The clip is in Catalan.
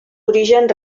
origen